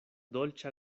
dolĉa